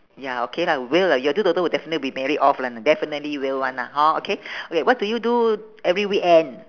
ya okay lah will lah your two daughter will definitely be married off lah definitely will [one] lah hor okay wh~ what do you do every weekend